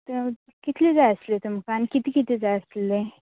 तर कितले जाय आसले तुमकां आनी कितें कितें जाय आसले